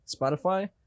spotify